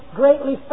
greatly